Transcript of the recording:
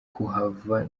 kuhava